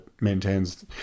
maintains